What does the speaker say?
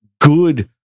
good